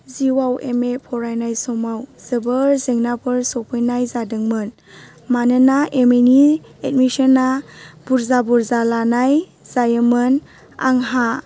जिउआव M A फरायनाय समाव जोबोर जेंनाफोर सफैनाय जादोंमोन मानोना एम ए नि एडमिसना बुरजा बुरजा लानाय जायोमोन आंहा